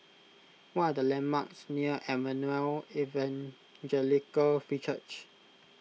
what are the landmarks near Emmanuel Evangelical Free Church